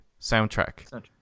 soundtrack